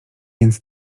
więc